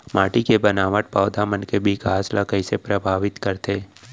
माटी के बनावट पौधा मन के बिकास ला कईसे परभावित करथे